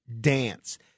dance